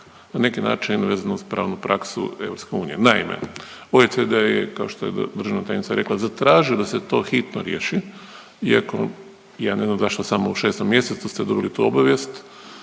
na neki način vezana uz pravnu praksu EU. Naime, OECD je kao što je državna tajnica rekla zatražio da se to hitno riješi iako ja ne znam zašto samo u 6. mjesecu ste dobili tu obavijest